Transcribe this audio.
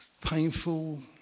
painful